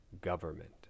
government